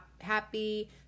happy